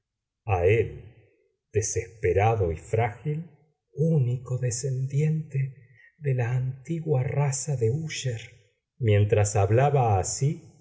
jamás olvidaré le dejaría a él desesperado y frágil único descendiente de la antigua raza de úsher mientras hablaba así